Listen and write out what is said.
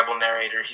narrator